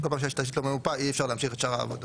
שכל פעם שיש תשתית לא ממופה אי-אפשר להמשיך את שאר העבודות.